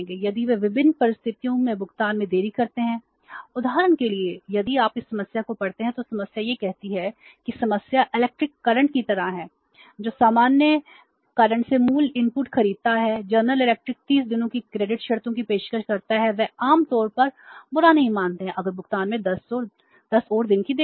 यदि वे विभिन्न परिस्थितियों में भुगतान में देरी करते हैं उदाहरण के लिए यदि आप इस समस्या को पढ़ते हैं तो समस्या यह कहती है कि समस्या इलेक्ट्रिक सर्किट शर्तों की पेशकश करता है वे आम तौर पर बुरा नहीं मानते हैं अगर भुगतान में 10 और दिन की देरी हो